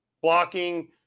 blocking